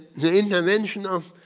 the intervention of